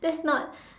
that's not